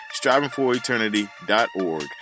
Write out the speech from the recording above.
strivingforeternity.org